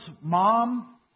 Mom